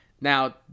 Now